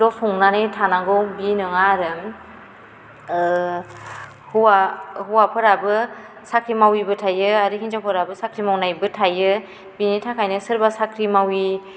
ल' संंनानै थानांगौ बिदि नङा आरो हौवा हौवाफोराबो साख्रि मावैबो थायो आरो हिन्जावफोराबो साख्रि मावनायबो थायो बेनि थाखायनो सोरबा साख्रि मावि